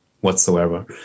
whatsoever